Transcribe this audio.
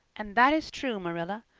and that is true, marilla.